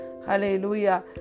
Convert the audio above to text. Hallelujah